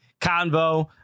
convo